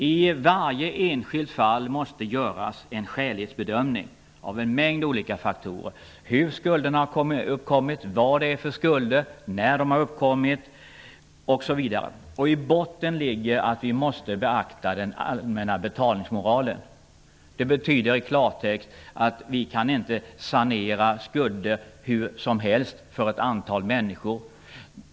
I varje enskilt fall måste det göras en skälighetsbedömning av en mängd olika faktorer. Det gäller hur skulderna har uppkommit, vad det är för skulder, när skulderna har uppkommit osv. I botten ligger att vi måste beakta den allmänna betalningsmoralen. I klartext betyder det att vi inte kan sanera skulder hur som helst för ett antal människor.